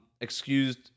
excused